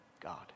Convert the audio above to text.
god